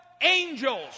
angels